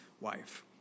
wife